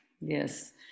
Yes